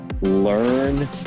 learn